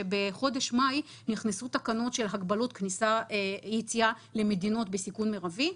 ולאחר שבחודש מאי נכנסו תקנות של הגבלות יציאה למדינות בסיכון מרבי,